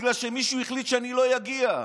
בגלל שמישהו החליט שאני לא אגיע.